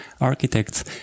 architects